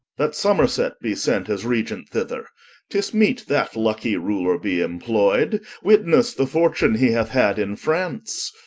that somerset be sent as regent thither tis meet that luckie ruler be imploy'd, witnesse the fortune he hath had in france